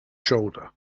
shoulder